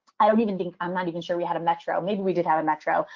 i don't even think i'm not even sure we had a metro. maybe we did have a metro,